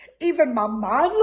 even my man